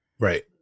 Right